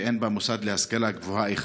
ואין בה מוסד אחד להשכלה גבוהה.